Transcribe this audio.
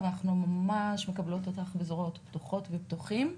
ואנחנו ממש מקבלות אותך בזרועות פתוחות ופתוחים.